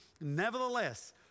Nevertheless